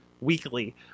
Weekly